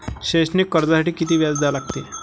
शैक्षणिक कर्जासाठी किती व्याज द्या लागते?